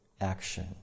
action